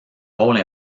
rôle